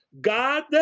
God